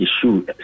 issue